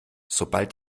sobald